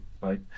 right